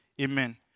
Amen